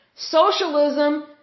socialism